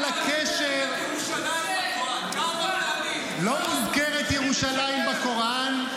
על הקשר ------ לא מוזכרת ירושלים בקוראן.